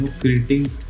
creating